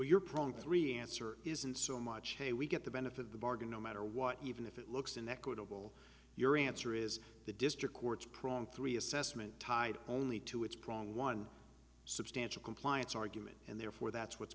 your problem three answer isn't so much a we get the benefit of the bargain no matter what even if it looks an equitable your answer is the district court's kron three assessment tied only to its prong one substantial compliance argument and therefore that's what's